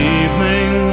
evening